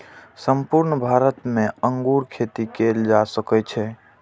संपूर्ण भारत मे अंगूर खेती कैल जा सकै छै